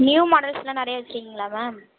new மாடல்ஸ்லாம் நிறையா வச்சுருக்கீங்களா மேம்